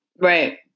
right